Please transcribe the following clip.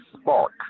spark